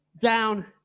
down